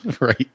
right